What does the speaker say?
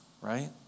right